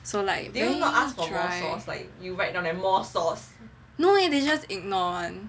so like very dry no leh they just ignore [one]